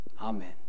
Amen